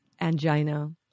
angina